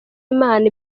imana